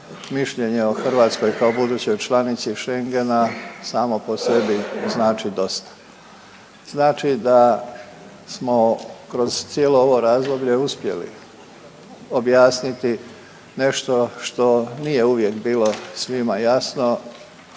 mišljenje o Hrvatskoj kao budućoj članici Schengena samo po sebi znači dosta. Znači da smo kroz cijelo ovo razdoblje uspjeli objasniti nešto što nije uvijek bilo svima jasno,